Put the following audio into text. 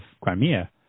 Crimea